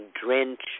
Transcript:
drench